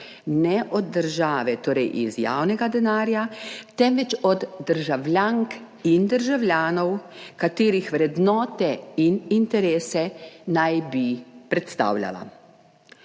ne od države, torej iz javnega denarja, temveč od državljank in državljanov, katerih vrednote in interese naj bi predstavljala.